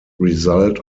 result